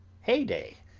heyday!